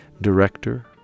director